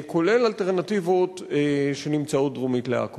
כולל אלטרנטיבות שנמצאות דרומית לעכו.